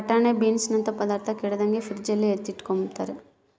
ಬಟಾಣೆ ಬೀನ್ಸನಂತ ಪದಾರ್ಥ ಕೆಡದಂಗೆ ಫ್ರಿಡ್ಜಲ್ಲಿ ಎತ್ತಿಟ್ಕಂಬ್ತಾರ